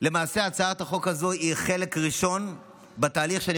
למעשה הצעת החוק הזו היא חלק ראשון בתהליך שאני